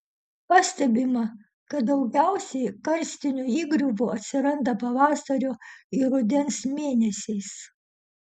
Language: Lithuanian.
pastebima kad daugiausiai karstinių įgriuvų atsiranda pavasario ir rudens mėnesiais